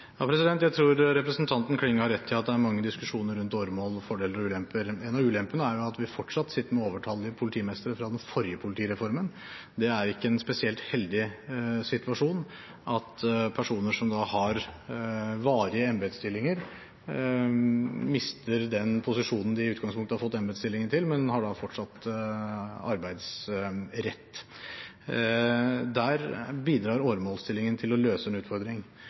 Jeg tror representanten Klinge har rett i at det er mange diskusjoner rundt åremål og fordeler og ulemper. En av ulempene er at vi fortsatt sitter med overtallige politimestre fra den forrige politireformen. Det er ikke en spesielt heldig situasjon at personer som har varige embetsstillinger, mister den posisjonen de i utgangspunktet har fått embetsstillingen til, men har da fortsatt arbeidsrett. Der bidrar åremålsstillingen til å løse en utfordring.